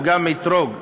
הוא גם אתרוג,